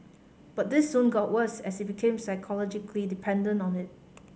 but this soon got worse as he became psychologically dependent on it